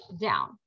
down